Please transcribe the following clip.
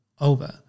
over